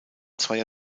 zweier